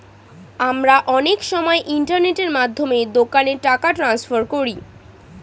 আমরা অনেক সময় ইন্টারনেটের মাধ্যমে দোকানে টাকা ট্রান্সফার করি